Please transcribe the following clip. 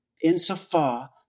Insofar